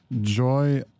joy